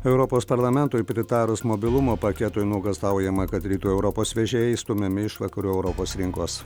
europos parlamentui pritarus mobilumo paketui nuogąstaujama kad rytų europos vežėjai išstumiami iš vakarų europos rinkos